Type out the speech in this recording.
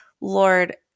Lord